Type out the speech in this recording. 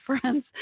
friends